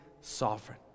sovereign